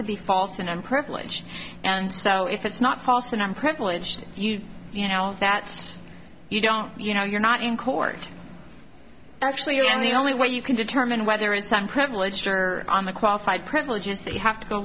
to be false and privilege and so if it's not false and unprivileged you you know that you don't you know you're not in court actually you know i'm the only way you can determine whether it's i'm privileged or on the qualified privileges that you have to go